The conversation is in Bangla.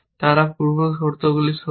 তার পূর্ব শর্তগুলি সত্য